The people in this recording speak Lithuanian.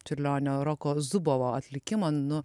čiurlionio roko zubovo atlikimo nu